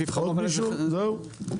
זהו?